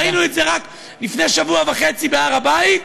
ראינו את זה רק לפני שבוע וחצי בהר הבית,